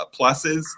pluses